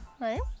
right